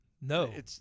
No